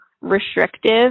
restrictive